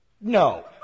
No